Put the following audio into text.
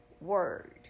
word